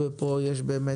ופה יש באמת